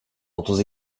otuz